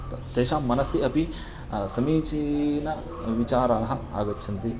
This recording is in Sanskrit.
त तेषां मनसि अपि समीचीनाः विचाराः आगच्छन्ति